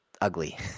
ugly